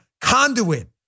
conduit